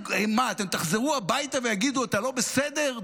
אתם תחזרו הביתה ויגידו: אתה לא בסדר,